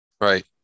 Right